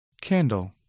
Candle